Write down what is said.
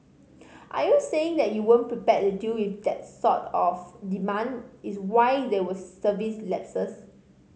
are you saying that you weren't prepared to deal with that sort of demand is why there were service lapses